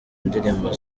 indirimbo